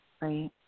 right